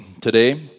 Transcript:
today